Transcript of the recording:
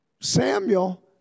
Samuel